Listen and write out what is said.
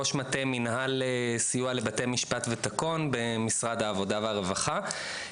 ראש מטה מינהל סיוע לבתי משפט ותקון במשרד העבודה והרווחה.